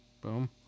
Boom